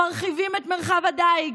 מרחיבים את מרחב הדיג.